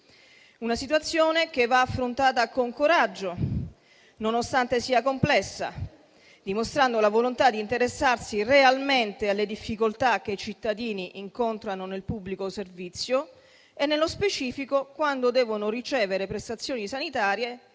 una situazione che va affrontata con coraggio, nonostante sia complessa, dimostrando la volontà di interessarsi realmente alle difficoltà che i cittadini incontrano nel pubblico servizio e, nello specifico, quando devono ricevere prestazioni sanitarie,